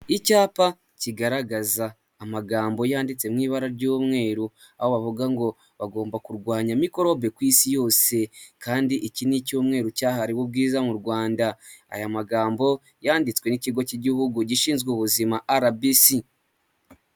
Icyapa kigaragaza amagambo yanditse mu ibara ry'umweru aho bavuga ngo bagomba kurwanya mikorobe ku isi yose, kandi iki ni icyumweru cyahariwe ubwiza mu Rwanda; aya magambo yanditswe n'ikigo cy'igihugu gishinzwe ubuzima RBC.